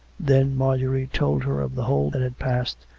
then marjorie told her of the whole that had passed,